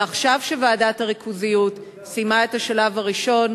ועכשיו שוועדת הריכוזיות סיימה את השלב הראשון,